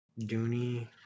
Dooney